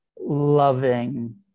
loving